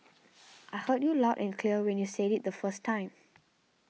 I heard you loud and clear when you said it the first time